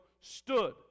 stood